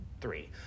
three